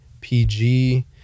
PG